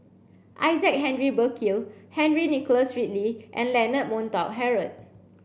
Isaac Henry Burkill Henry Nicholas Ridley and Leonard Montague Harrod